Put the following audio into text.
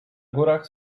górach